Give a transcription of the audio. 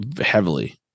heavily